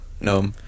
no